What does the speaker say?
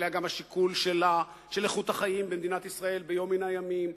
אבל היה גם השיקול של איכות החיים במדינת ישראל ביום מן הימים,